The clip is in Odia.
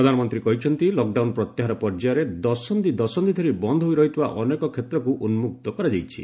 ପ୍ରଧାନମନ୍ତ୍ରୀ କହିଛନ୍ତି ଲକଡାଉନ ପ୍ରତ୍ୟାହାର ପର୍ଯ୍ୟାୟରେ ଦଶନ୍ଧି ଦଶନ୍ଧି ଧରି ବନ୍ଦ ହୋଇ ରହିଥିବା ଅନେକ କ୍ଷେତ୍ରକୁ ଉନ୍କକ୍ତ କରାଯାଇଛି